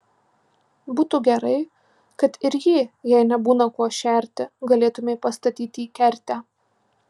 būtų gerai kad ir jį jei nebūna kuo šerti galėtumei pastatyti į kertę